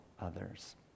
others